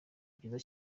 byiza